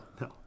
no